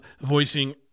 voicing